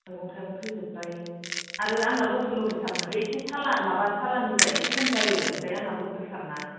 मैगं थाइगं थैजोबबाय आरो आंना लकेल लकेलथार ना बै एसे सालाननिफ्रा एसे खम जायो आमफ्राय आंना लकेलथार ना